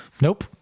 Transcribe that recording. Nope